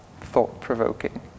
Thought-provoking